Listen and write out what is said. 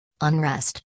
unrest